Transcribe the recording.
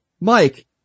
Mike